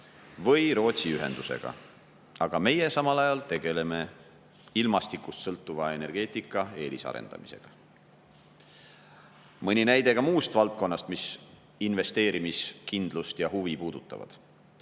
või Rootsi ühendusega. Aga meie samal ajal tegeleme ilmastikust sõltuva energeetika eelisarendamisega. Mõni näide ka muust valdkonnast, mis investeerimiskindlust ja ‑huvi puudutab.